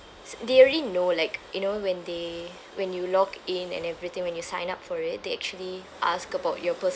s~ they already know like you know when they when you log in and everything when you sign up for it they actually ask about your personal